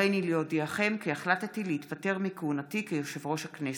הריני להודיעכם כי החלטתי להתפטר מכהונתי כיושב-ראש הכנסת.